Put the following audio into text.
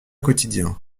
quotidien